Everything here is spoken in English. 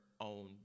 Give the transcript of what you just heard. own